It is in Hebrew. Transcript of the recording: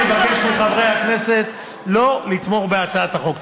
ולכן אני מבקש מחברי הכנסת לא לתמוך בהצעת החוק.